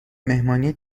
مهمانی